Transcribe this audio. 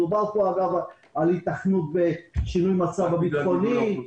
מדובר פה על היתכנות בשינוי המצב הביטחוני,